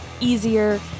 easier